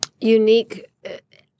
Unique